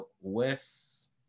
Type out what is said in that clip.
West